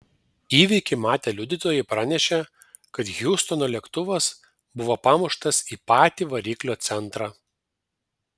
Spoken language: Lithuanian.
įvykį matę liudytojai pranešė kad hjustono lėktuvas buvo pamuštas į patį variklio centrą